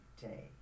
day